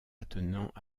attenant